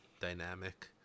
dynamic